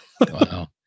Wow